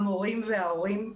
המורים וההורים.